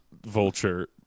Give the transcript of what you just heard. Vulture